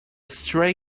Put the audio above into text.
stray